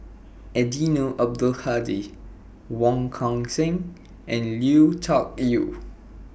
Eddino Abdul Hadi Wong Kan Seng and Lui Tuck Yew